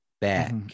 back